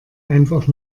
einfach